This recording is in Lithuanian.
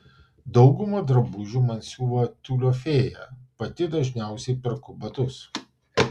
daugumą drabužių man siuva tiulio fėja pati dažniausiai perku batus